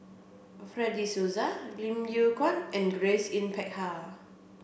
Fred De Souza Lim Yew Kuan and Grace Yin Peck Ha